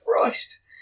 Christ